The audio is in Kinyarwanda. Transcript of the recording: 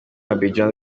abidjan